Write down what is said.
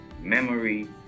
memory